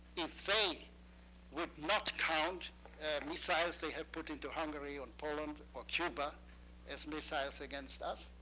if they would not count missiles they have put into hungary, or poland, or cuba as missiles against us.